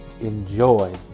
enjoy